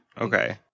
Okay